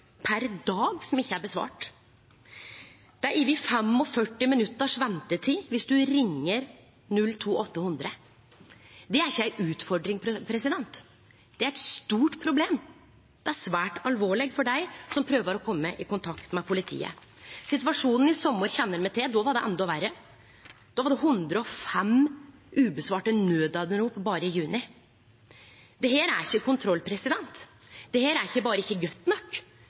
per dag som ikkje er svara på. Det er over 45 minuttar ventetid viss ein ringjer 02800. Det er ikkje ei utfordring, det er eit stort problem, det er svært alvorleg for dei som prøver å kome i kontakt med politiet. Situasjonen i sommar kjenner me til, då var det endå verre, då var det berre i juni 105 naudanrop som ikkje var svara på. Dette er ikkje kontroll, dette er berre ikkje godt nok,